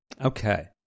Okay